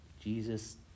Jesus